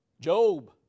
Job